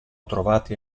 trovati